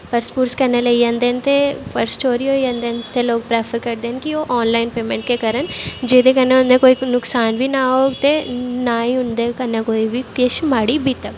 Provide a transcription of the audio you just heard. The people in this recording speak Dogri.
पर्स पुर्स कन्नै लेई जंदे न ते पर्स चोरी होई जंदे न ते लोग प्रैफर करदे न कि ओह् आनलाइन पेमैंट गै करन जेह्दे कन्नै उं'दा कोई नुकसान बी ना होग ते नां ही उंदे कन्नै कोई बी किश माड़ी बीतग